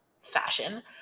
fashion